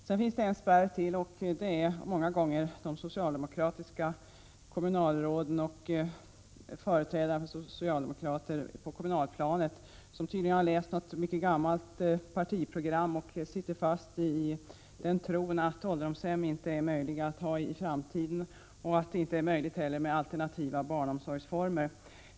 Sedan finns det många gånger en spärr till, nämligen de socialdemokratiska kommunalråd och andra företrädare för socialdemokraterna på det kommunala planet, som tydligen har läst något gammalt partiprogram och sitter fast i tron att det inte är möjligt att ha ålderdomshem i framtiden och att det inte heller är möjligt med alternativa barnomsorgsformer.